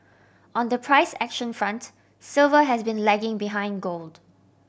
on the price action front silver has been lagging behind gold